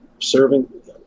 serving